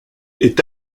est